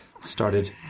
Started